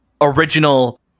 original